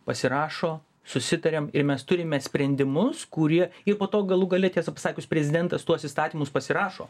pasirašo susitariam ir mes turime sprendimus kurie ir po to galų gale tiesą pasakius prezidentas tuos įstatymus pasirašo